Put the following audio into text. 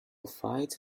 fights